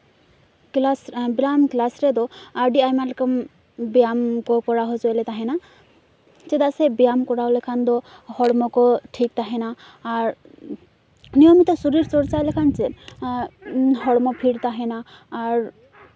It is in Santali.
ᱠᱮᱞᱟᱥ ᱵᱮᱭᱟᱢ ᱠᱮᱞᱟᱥ ᱨᱮᱫᱚ ᱟᱹᱰᱤ ᱟᱭᱢᱟ ᱞᱮᱠᱟᱱ ᱵᱮᱭᱟᱢ ᱠᱚ ᱠᱚᱨᱟᱣ ᱦᱚᱪᱚᱭᱮᱫ ᱞᱮ ᱛᱟᱦᱮᱱᱟ ᱪᱮᱫᱟᱜ ᱥᱮ ᱵᱮᱭᱟᱢ ᱠᱚᱨᱟᱣ ᱞᱮᱠᱷᱟᱱ ᱫᱚ ᱦᱚᱲᱢᱚ ᱠᱚ ᱴᱷᱤᱠ ᱛᱟᱦᱮᱱᱟ ᱟᱨ ᱱᱤᱭᱚᱢᱤᱛᱚ ᱥᱚᱨᱤᱨ ᱪᱚᱨᱪᱟ ᱞᱮᱠᱷᱟᱱ ᱪᱮᱫ ᱦᱚᱲᱢᱚ ᱯᱷᱤᱴ ᱛᱟᱦᱮᱱᱟ ᱟᱨ